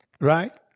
right